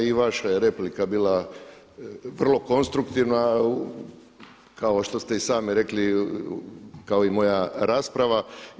I vaša je replika bila vrlo konstruktivna kao što ste i sami rekli kao i moja rasprava.